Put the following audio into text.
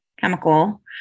chemical